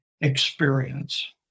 experience